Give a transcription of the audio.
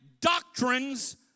doctrines